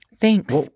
thanks